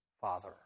Father